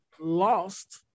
lost